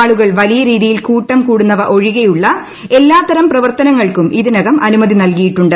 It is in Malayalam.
അള്ളുകൾ വലിയ രീതിയിൽ കൂട്ടം കൂടുന്നവ ഒഴികെയുള്ള എല്ലാത്തരം പ്രവർത്തനങ്ങൾക്കും ഇതിനകം അനുമതി നൽകിയിട്ടുണ്ട്